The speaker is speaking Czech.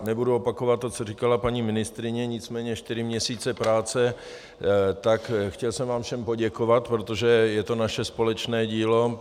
Nebudu opakovat to, co říkala paní ministryně, nicméně čtyři měsíce práce, tak jsem vám všem chtěl poděkovat, protože je to naše společné dílo.